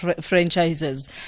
franchises